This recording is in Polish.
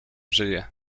żyje